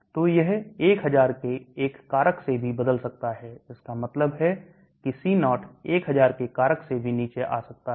तो यह 1000 के एक कारक से भी बदल सकता है इसका मतलब है कि C0 1000 के कारक से भी नीचे आ सकता है